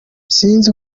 sinzi